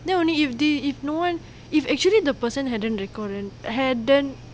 then only if the if no one if actually the person hadn't recorded hadn't